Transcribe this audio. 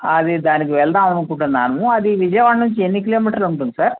అది దానికి వెళ్దాము అనుకుంటున్నాము అది విజయవాడ నుంచి ఎన్ని కిలోమీటర్లుంటుది సార్